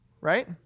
right